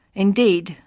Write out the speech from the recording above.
indeed,